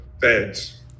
beds